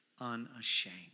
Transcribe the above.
unashamed